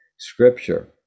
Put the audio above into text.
scripture